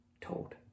told